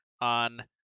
on